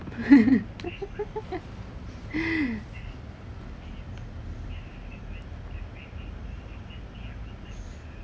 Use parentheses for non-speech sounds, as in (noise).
(laughs)